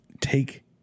Take